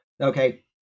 okay